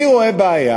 אני רואה בעיה,